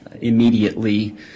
immediately